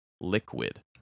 liquid